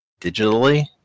digitally